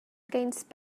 against